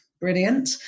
Brilliant